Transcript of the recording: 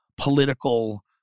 political